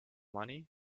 money